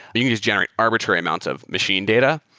you can just generate arbitrary amounts of machine data.